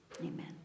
amen